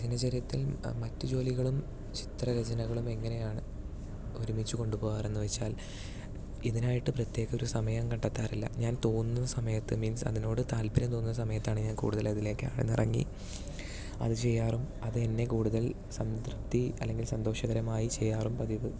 ദിനചര്യത്തിൽ മറ്റുജോലികളും ചിത്ര രചനകളും എങ്ങനെയാണ് ഒരുമിച്ച് കൊണ്ടുപോകാറ് എന്ന് ചോദിച്ചാൽ ഇതിനായിട്ട് പ്രത്യേക ഒരു സമയം കണ്ടെത്താറില്ല ഞാൻ തോന്നുന്ന സമയത്ത് മീൻസ് അതിനോട് താല്പര്യം തോന്നുന്ന സമയത്തതാണ് ഞാൻ കൂടുതൽ അതിലേക്ക് ആഴ്ന്നിറങ്ങി അത് ചെയ്യാറും അത് എന്നെ കൂടുതൽ സംതൃപ്തി അല്ലെങ്കിൽ സന്തോഷകരമായി ചെയ്യാറും പതിവ്